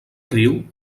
riu